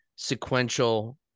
sequential